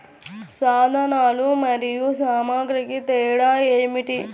సాధనాలు మరియు సామాగ్రికి తేడా ఏమిటి?